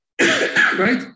right